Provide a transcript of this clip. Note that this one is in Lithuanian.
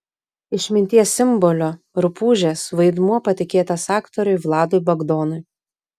išminties simbolio rupūžės vaidmuo patikėtas aktoriui vladui bagdonui